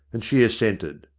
and she assented.